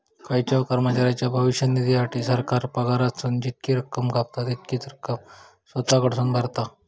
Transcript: खायच्याव कर्मचाऱ्याच्या भविष्य निधीसाठी, सरकार पगारातसून जितकी रक्कम कापता, तितकीच रक्कम स्वतः कडसून भरता